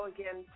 Again